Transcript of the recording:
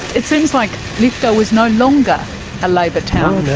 it seems like lithgow is no longer a labor town.